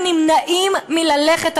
הם נמנעים מללכת,